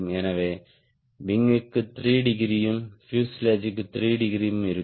எனவே விங் க்கு 3 டிகிரியும் பியூசேலாஜ் 3 டிகிரியும் இருக்கும்